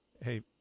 hey